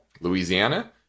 Louisiana